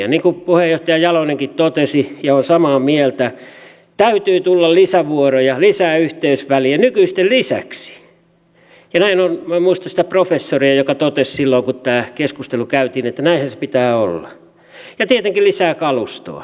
niin kuin puheenjohtaja jalonenkin totesi ja olen samaa mieltä täytyy tulla lisävuoroja lisää yhteysvälejä nykyisten lisäksi minä en muista sitä professoria joka totesi silloin kun tämä keskustelu käytiin että näinhän sen pitää olla ja tietenkin lisää kalustoa